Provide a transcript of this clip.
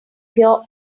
pure